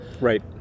Right